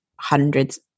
hundreds